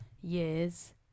years